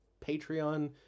Patreon